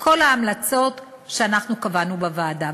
כל ההמלצות שאנחנו קבענו בוועדה,